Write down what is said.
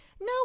no